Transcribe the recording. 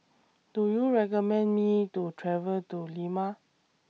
Do YOU recommend Me to travel to Lima